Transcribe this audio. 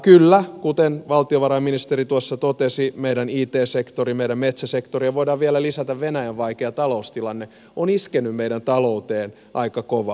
kyllä kuten valtiovarainministeri tuossa totesi meidän it sektorin ja meidän metsäsektorin tilanne ja voidaan vielä lisätä venäjän vaikea taloustilanne ovat iskeneet meidän talouteemme aika kovaa